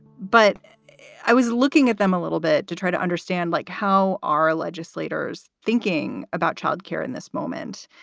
but i was looking at them a little bit to try to understand, like, how are legislators thinking about child care in this moment?